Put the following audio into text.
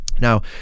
Now